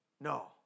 No